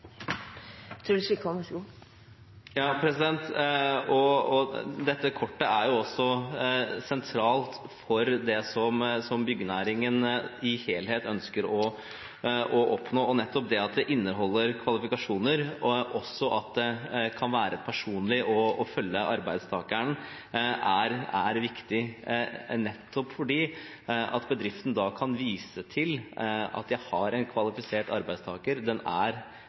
Dette kortet er jo også sentralt for det som byggenæringen som helhet ønsker å oppnå, og at det inneholder kvalifikasjoner, og også at det kan være personlig og følge arbeidstakeren, er viktig, nettopp fordi bedriften da kan vise til at den har en kvalifisert arbeidstaker, som er